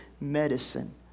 medicine